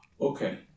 okay